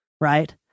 right